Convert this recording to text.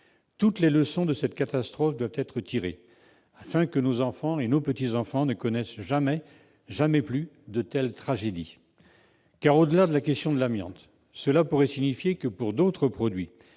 Toutes les leçons de cette catastrophe doivent être tirées afin que nos enfants et nos petits-enfants ne connaissent jamais plus de telles tragédies. Car, au-delà de la question de l'amiante, cela pourrait signifier que pour d'autres produits